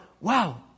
wow